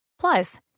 Plus